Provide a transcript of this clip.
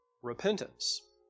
repentance